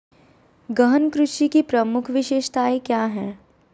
गहन कृषि की प्रमुख विशेषताएं क्या है?